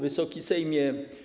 Wysoki Sejmie!